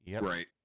Right